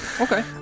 Okay